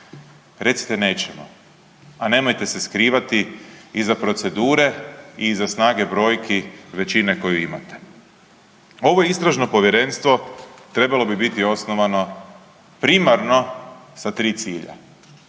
recite nećemo, a nemojte se skrivati iza procedure i iza snage brojki većine koju imate. Ovo Istražno povjerenstvo trebalo bi biti osnovano primarno sa tri cilja.